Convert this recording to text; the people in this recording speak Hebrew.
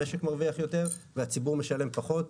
המשק מרוויח יותר והציבור משלם פחות,